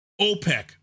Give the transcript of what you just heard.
OPEC